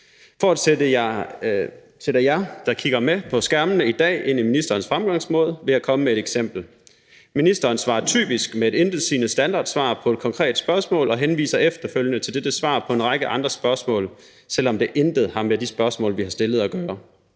For at sætte jer, der kigger med på skærmene i dag, ind i ministerens fremgangsmåde, vil jeg komme med et eksempel. Ministeren svarer typisk med et intetsigende standardsvar på et konkret spørgsmål og henviser efterfølgende til dette svar på en række andre spørgsmål, selv om det intet har med de spørgsmål, vi har stillet, at gøre.